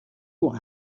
what